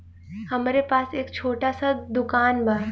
हमरे पास एक छोट स दुकान बा